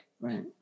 Right